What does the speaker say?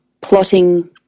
plotting